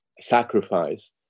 sacrifice